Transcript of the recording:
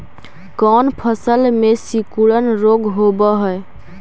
कोन फ़सल में सिकुड़न रोग होब है?